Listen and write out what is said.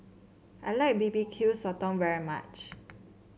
I like B B Q Sotong very much